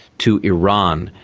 to iran.